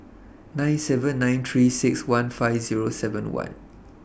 nine seven nine three six one five Zero seven one